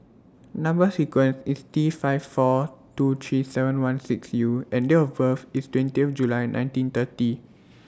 Number sequence IS T five four two three seven one six U and Date of birth IS twenty July nineteen thirty